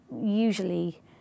usually